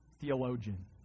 theologian